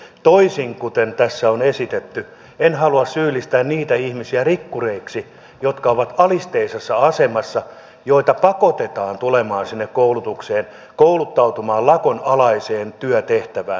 toisin kuin tässä on esitetty en halua syyllistää niitä ihmisiä rikkureiksi jotka ovat alisteisessa asemassa joita pakotetaan tulemaan sinne koulutukseen kouluttautumaan lakon alaiseen työtehtävään